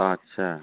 आदसा